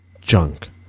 Junk